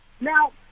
Now